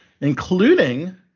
including